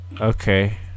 okay